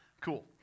Cool